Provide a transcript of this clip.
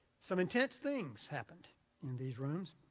some intense things happened in these rooms.